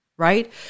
Right